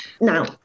Now